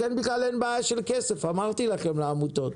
לכם בכלל אין בעיה של כסף, אמרתי לכם, לעמותות.